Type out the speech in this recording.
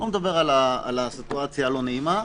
אני לא מדבר על הסיטואציה הלא נעימה,